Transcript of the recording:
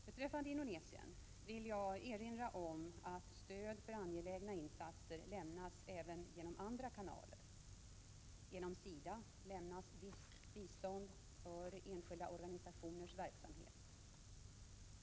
Beträffande Indonesien vill jag erinra om att stöd för angelägna insatser lämnas även genom andra kanaler. Genom SIDA lämnas visst bistånd för enskilda organisationers verksamhet.